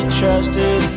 trusted